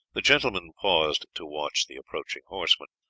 the gentlemen paused to watch the approaching horsemen.